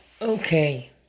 Okay